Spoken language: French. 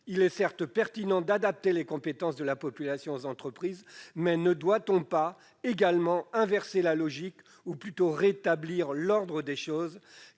il est pertinent d'adapter les compétences de la population aux entreprises, mais ne doit-on pas également inverser la logique, ou plutôt rétablir l'ordre des choses ?